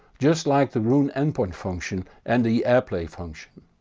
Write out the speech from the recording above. just like the roon endpoint function and the airplay function.